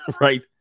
Right